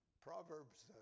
Proverbs